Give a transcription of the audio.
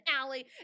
alley